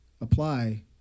apply